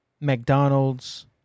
McDonald's